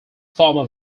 former